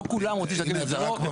לא כולם רוצים להשתקע בישראל.